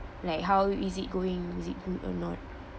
like how is it going is it good or not